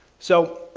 so,